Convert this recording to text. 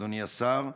אדוני השר,